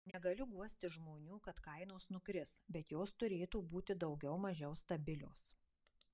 negaliu guosti žmonių kad kainos nukris bet jos turėtų būti daugiau mažiau stabilios